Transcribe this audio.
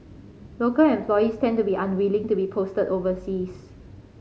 local employees tend to be unwilling to be posted overseas